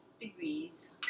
degrees